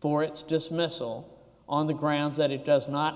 for its dismissal on the grounds that it does not